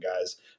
guys